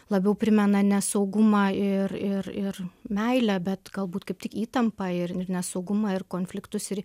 labiau primena ne saugumą ir ir ir meilę bet galbūt kaip tik įtampą ir ir nesaugumą ir konfliktus ir